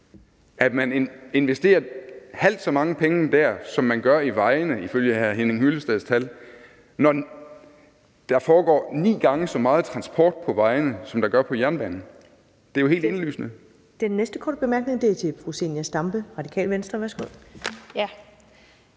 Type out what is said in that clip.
når man investerer halvt så mange penge dér, som man ifølge hr. Henning Hyllesteds tal gør i vejene, og når der foregår ni gange så meget transport på vejene, som der gør på jernbanen. Det er jo helt indlysende.